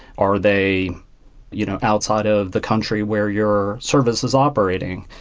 are they you know outside of the country where your service is operating?